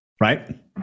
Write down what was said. right